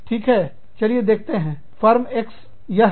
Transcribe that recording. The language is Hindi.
ठीक है चलिए देखते हैं फर्म X यह है